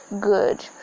good